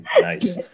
nice